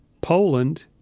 Poland